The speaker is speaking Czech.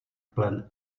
plen